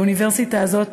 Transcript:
והאוניברסיטה הזאת,